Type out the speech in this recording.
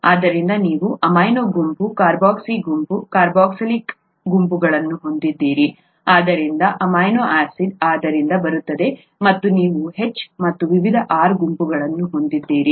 ಆದ್ದರಿಂದ ನೀವು ಅಮೈನೋ ಗುಂಪು ಕಾರ್ಬಾಕ್ಸಿ ಗುಂಪು ಕಾರ್ಬಾಕ್ಸಿಲಿಕ್ ಆಸಿಡ್ ಗುಂಪುಗಳನ್ನು ಹೊಂದಿದ್ದೀರಿ ಆದ್ದರಿಂದ ಅಮೈನೋ ಆಸಿಡ್ ಅದರಿಂದ ಬರುತ್ತದೆ ಮತ್ತು ನೀವು H ಮತ್ತು ವಿವಿಧ R ಗುಂಪುಗಳನ್ನು ಹೊಂದಿದ್ದೀರಿ